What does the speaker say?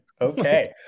okay